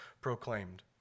proclaimed